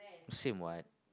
same what